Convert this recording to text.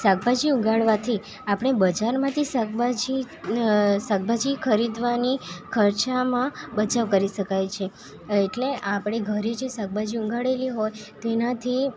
શાકભાજી ઉગાડવાથી આપણે બજારમાંથી શાકભાજી શાકભાજી ખરીદવાની ખર્ચામાં બચાવ કરી શકાય છે એટલે આપણે ઘરે જે શાકભાજીઓ ઉગાડેલી હોય તેનાથી